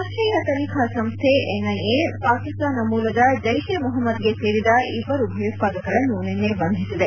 ರಾಷ್ಟೀಯ ತನಿಖಾ ಸಂಸ್ಡೆ ಎನ್ಐಎ ಪಾಕಿಸ್ತಾನ ಮೂಲದ ಜೈಷ್ ಎ ಮೊಹಮ್ಮದ್ಗೆ ಸೇರಿದ ಇಬ್ಬರು ಭಯೋತ್ಪಾದಕರನ್ನು ನಿನ್ನೆ ಬಂಧಿಸಿದೆ